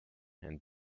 and